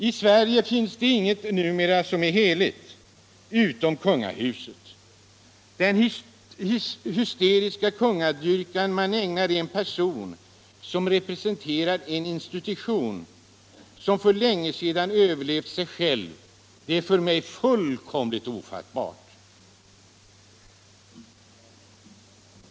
I Sverige finns det ingenting numera som är heligt utom kungahuset. Den hysteriska kungadyrkan man ägnar en person som representerar en institution som för länge sedan överlevt sig själv är för mig fullkomligt ofattbar.